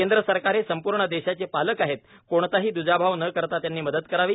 केंद्र सरकार हे संपूर्ण देशाचे पालक आहे कोणताही दुजाभाव न करता त्यांनी मदत करावी